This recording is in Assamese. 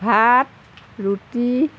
ভাত ৰুটি